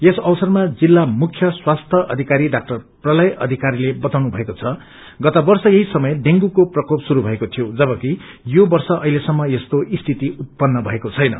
यस अवसरमा जिल्ला मुख्य स्वास्थ्यय अधिरी डाक्अर प्रलय अधिकारीले वताउनु भएको छ कि गत वर्ष यही समय डेंगुको प्रकोप शुरू भएको थियो जवकि यो वर्ष अहिलेसम्म यस्तो स्थिति उतपन्न भएको छैन